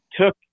took